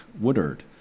Woodard